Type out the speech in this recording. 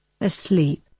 asleep